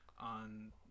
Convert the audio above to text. on